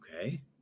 Okay